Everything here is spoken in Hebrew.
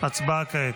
הצבעה כעת.